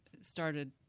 started